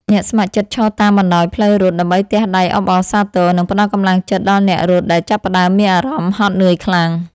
អ្នកស្ម័គ្រចិត្តឈរតាមបណ្ដោយផ្លូវរត់ ដើម្បីទះដៃអបអរសាទរ និងផ្ដល់កម្លាំងចិត្តដល់អ្នករត់ដែលចាប់ផ្ដើមមានអារម្មណ៍ហត់នឿយខ្លាំង។